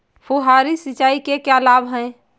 फुहारी सिंचाई के क्या लाभ हैं?